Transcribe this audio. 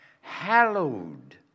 hallowed